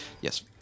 yes